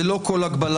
ללא כל הגבלה,